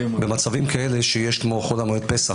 במצבים כאלה שיש כמו בחול המועד פסח,